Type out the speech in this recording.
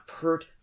pert